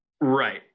Right